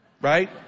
Right